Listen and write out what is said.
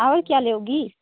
और क्या लेंगी